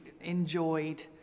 enjoyed